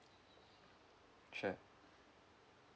sure